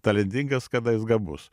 talentingas kada jis gabus